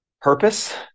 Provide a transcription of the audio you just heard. purpose